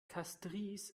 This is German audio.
castries